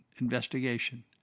investigation